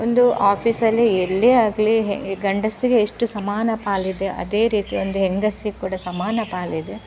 ಒಂದು ಆಫೀಸಲ್ಲಿ ಎಲ್ಲೇ ಆಗಲಿ ಹೆ ಗಂಡಸರಿಗೆ ಎಷ್ಟು ಸಮಾನ ಪಾಲಿದೆ ಅದೇ ರೀತಿ ಒಂದು ಹೆಂಗಸಿಗೆ ಕೂಡ ಸಮಾನ ಪಾಲಿದೆ